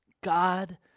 God